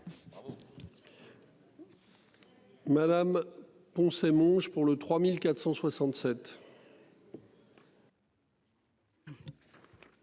Madame Poncet Monge pour le 3467.